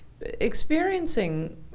experiencing